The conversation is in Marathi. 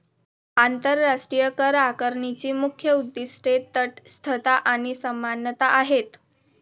आंतरराष्ट्रीय करआकारणीची मुख्य उद्दीष्टे तटस्थता आणि समानता आहेत